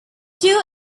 two